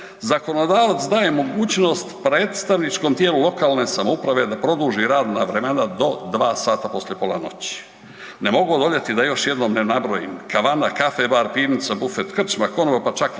zakonodavac daje mogućnost predstavničkom tijelu lokalne samouprave da produži rad … do 2 sata poslije pola noći. Ne mogu odoljeti, a da još jednom ne nabrojim kavana, caffe bar, pivnica, buffet, krčma, konoba, pa čak klet